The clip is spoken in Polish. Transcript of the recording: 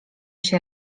się